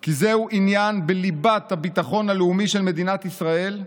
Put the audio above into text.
כי זה עניין שהוא בליבת הביטחון הלאומי של מדינת ישראל,